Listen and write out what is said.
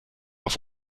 auf